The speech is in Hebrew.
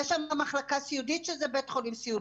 יש שם גם מחלקה סיעודית שזה בית חולים סיעודי.